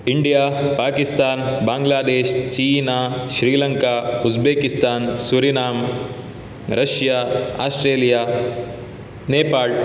India Pakistan Bangladesh China Sri Lanka Uzbekistan Suriname Russia Australia Nepal